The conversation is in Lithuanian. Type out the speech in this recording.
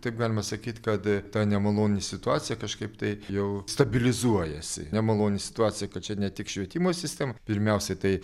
taip galima sakyt kad ta nemaloni situacija kažkaip tai jau stabilizuojasi nemaloni situacija kad čia ne tik švietimo sistema pirmiausiai tai